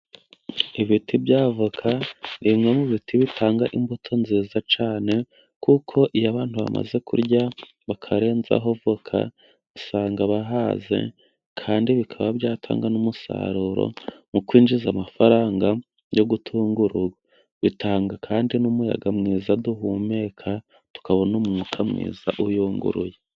Ibiti bya voka ni bimwe mu biti bitanga imbuto nziza cyane, kuko iyo abantu bamaze kurya bakarenzaho voka, usanga bahaze kandi bikaba byatanga n'umusaruro mu kwinjiza amafaranga yo gutunga urugo. Bitanga kandi n'umuyaga mwiza duhumeka, tukabona umwuka mwiza uyunguruye.